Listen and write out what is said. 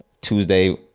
Tuesday